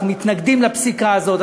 אנחנו מתנגדים לפסיקה הזאת.